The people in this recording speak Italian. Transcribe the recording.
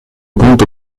punto